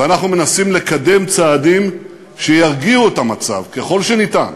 ואנחנו מנסים לקדם צעדים שירגיעו את המצב ככל האפשר,